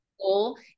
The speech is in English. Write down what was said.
goal